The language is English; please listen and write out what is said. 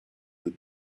the